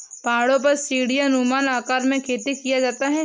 पहाड़ों पर सीढ़ीनुमा आकार में खेती किया जाता है